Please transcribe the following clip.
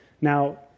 Now